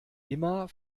immer